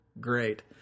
great